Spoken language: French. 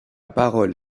parole